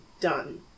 done